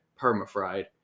permafried